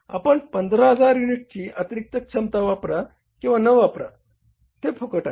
आपण 15000 युनिट्सची अतिरिक्त क्षमता वापरा किंवा न वापरा ते फुकट आहे